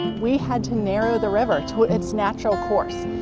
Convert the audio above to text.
we had to narrow the river to its natural course,